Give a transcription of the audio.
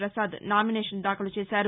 Prasad nomination దాఖలు చేశారు